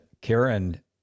Karen